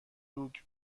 دوگ